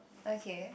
okay